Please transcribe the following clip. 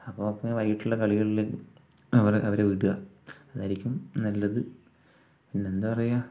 അപ്പോൾ ഇങ്ങനെ വൈകീട്ടുള്ള കളികളിൽ അവരെ വിടുക അതായിരിക്കും നല്ലത് പിന്നെന്താ പറയുക